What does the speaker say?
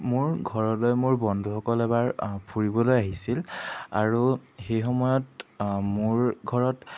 মোৰ ঘৰলৈ মোৰ বন্ধুসকল এবাৰ ফুৰিবলৈ আহিছিল আৰু সেই সময়ত মোৰ ঘৰত